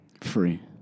Free